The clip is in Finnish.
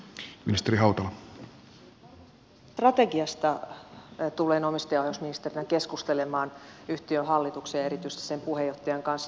varmasti tästä strategiasta tulen omistajaohjausministerinä keskustelemaan yhtiön hallituksen ja erityisesti sen puheenjohtajan kanssa